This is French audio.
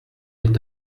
est